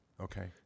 okay